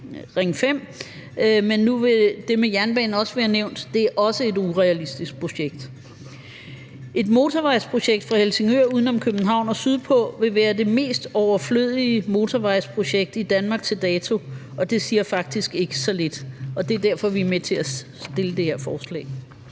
Men nu er det med jernbanen også nævnt. Det er også et urealistisk projekt. Et motorvejsprojekt fra Helsingør uden om København og sydpå vil være det mest overflødige motorvejsprojekt i Danmark til dato, og det siger faktisk ikke så lidt. Det er derfor, vi er med til at fremsætte det her forslag.